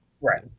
Right